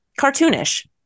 cartoonish